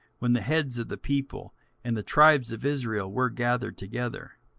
when the heads of the people and the tribes of israel were gathered together.